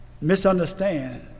misunderstand